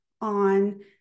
on